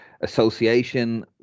association